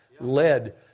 led